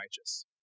righteous